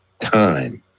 time